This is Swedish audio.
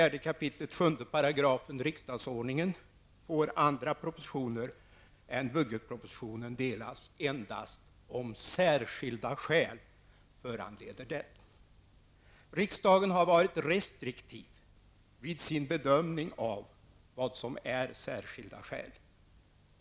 riksdagsordningen får andra propostioner än budgetpropositionen delas endast om särskilda skäl föranleder det. Riksdagen har varit restriktiv vid sin bedömning av vad som är särskilda skäl.